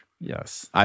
Yes